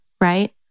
right